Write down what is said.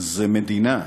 זה מדינה,